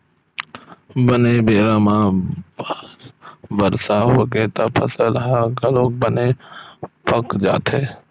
बने बेरा म बरसा होगे त फसल ह घलोक बने पाक जाथे